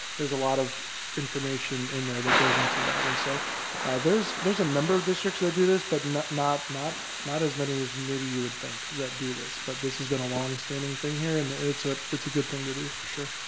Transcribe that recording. there's a lot of information in there that goes into that, and so there's there's a number of districts that do this, but not not as many as maybe you would think that do this. but this has been a long standing thing here. and it's a it's a good thing to do for sure.